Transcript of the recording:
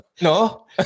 No